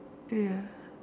ya